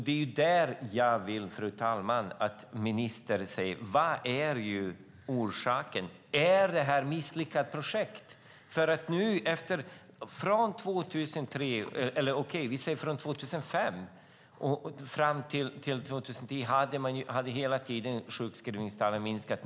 Det är det jag vill att ministern förklarar orsaken till. Är det ett misslyckat projekt? Från 2005 fram till 2010 har sjukskrivningstalen hela tiden minskat.